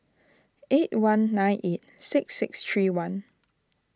eight one nine eight six six three one